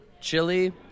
chili